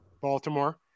Baltimore